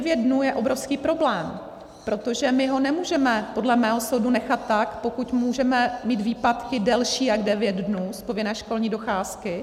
Těch devět dnů je obrovský problém, protože my ho nemůžeme podle mého soudu nechat tak, pokud můžeme mít výpadky delší než devět dnů z povinné školní docházky.